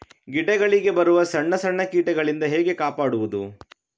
ಗಿಡಗಳಿಗೆ ಬರುವ ಸಣ್ಣ ಸಣ್ಣ ಕೀಟಗಳಿಂದ ಹೇಗೆ ಕಾಪಾಡುವುದು?